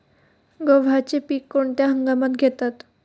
गव्हाचे पीक कोणत्या हंगामात घेतात?